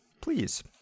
please